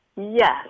Yes